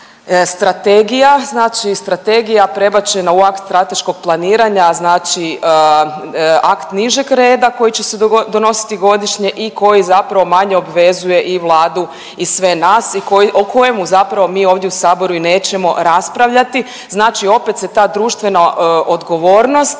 strategija, znači strategija prebačen u akt strateškog planiranja znači akt nižeg reda koji će se donositi godišnje i koji zapravo manje obvezuje i Vladu i sve nas i o kojemu mi zapravo ovdje u saboru i nećemo raspravljati. Znači opet se ta društvena odgovornost